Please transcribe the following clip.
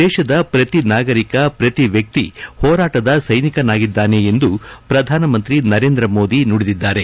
ದೇಶದ ಶ್ರತಿ ನಾಗರಿಕ ಪ್ರತಿ ವ್ಯಕ್ತಿ ಹೋರಾಟದ ಸೈನಿಕನಾಗಿದ್ದಾನೆ ಎಂದು ಪ್ರಧಾನಮಂತ್ರಿ ನರೇಂದ್ರ ಮೋದಿ ನುಡಿದಿದ್ದಾರೆ